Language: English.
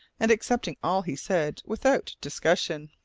and accepting all he said without discussion.